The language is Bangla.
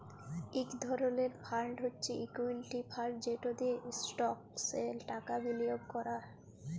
ইক ধরলের ফাল্ড হছে ইকুইটি ফাল্ড যেট দিঁয়ে ইস্টকসে টাকা বিলিয়গ ক্যরে